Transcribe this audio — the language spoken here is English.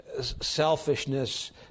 Selfishness